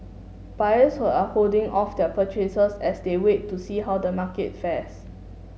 buyers who are holding off their purchases as they wait to see how the market fares